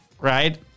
Right